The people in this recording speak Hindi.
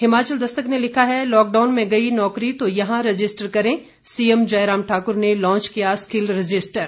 हिमाचल दस्तक ने लिखा है लॉकडाउन में गई नौकरी तो यहां रजिस्टर करें सीएम जयराम ठाकुर ने लांच किया स्किल रजिस्टर